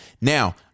Now